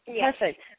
perfect